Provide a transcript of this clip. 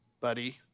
buddy